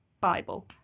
bible